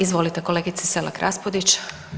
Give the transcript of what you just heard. Izvolite kolegice Selak Raspudić.